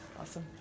Awesome